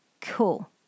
Cool